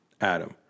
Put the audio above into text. Adam